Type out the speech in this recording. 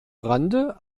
rande